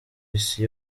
isi